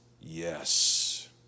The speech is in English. yes